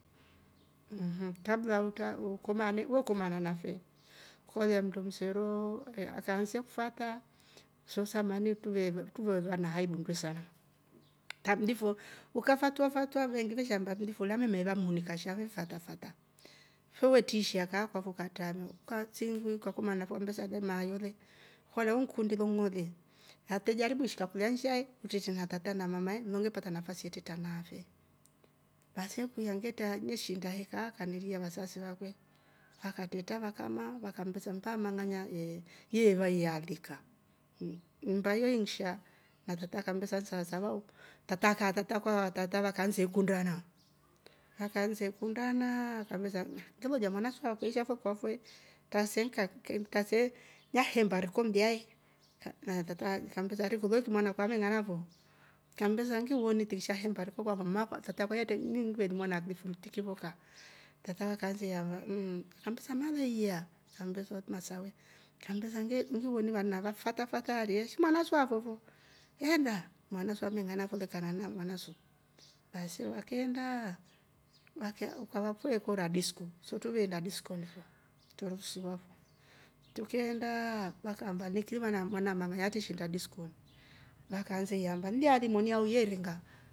Mhh kabla uta ukubame wekomana nafe kolioa ndumseroo ehh akanaza kufata sosamani tule vo tuvozwa na haibu nduwe sana, tablivo uka fatwafatwa vengi vishamba vilifurame mera muni ka shame fatafata fewetishia kaa kakukantame ka singwe kakumana kuambesa vem mmalole kwehele hunkundi vongole ate jaribu ishka kulenjai uteshi natata na mamae ningle kupata nafasi yeteta nave. Basi kuyaungeta nuweshinda heka kamilia wazazi wakwe akateta vakama vakambesa mta manganya ye yevaia andika mhh mbaye inksha navata kambe sa nsa nsalavao tata ka tata kwa watata wakanze hekundana wakanze kundana akameza tilijua mwana swa kweisha fo kwakwe tasenga kaili tase la hembaerku mndiae ka matata kambiza revulwevu mwana kamenganavo kambeza ngi woni. Tisha hembara kuvua kwa makwatata kwaya tei ningjuedi mwana aklifu mtikivoka tatawa kaanze mo mhh hampusa manjeia kambezwa tu masawe kambeza nge uningoni vanava fatafata aleshi mwana zuwa akwevo yenda mwana zuwa mmengana kulokanana wanazo basi wakeenda waka ukawe kora disco sutwi vienda disconi turuvsiwa tukaaenda wakamba lekivana mwana mamayate shinda disco. wakanze yamba mjali monia uyelenga